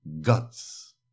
guts